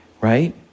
right